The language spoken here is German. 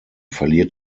verliert